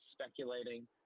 speculating